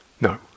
No